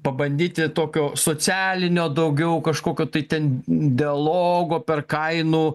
pabandyti tokio socialinio daugiau kažkokio tai ten dialogo per kainų